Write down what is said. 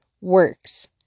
works